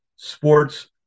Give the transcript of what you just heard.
sports